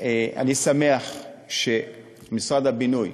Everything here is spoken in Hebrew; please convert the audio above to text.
אני שמח שמשרד הבינוי,